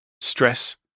stress